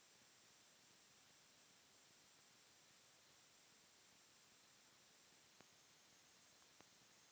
भारत मे बागवानी विभाग से फलो आरु सब्जी रो उपज मे बृद्धि होलो छै